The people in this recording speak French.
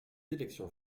élections